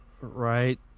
Right